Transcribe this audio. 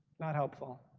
not helpful.